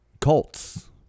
cults